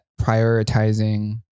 prioritizing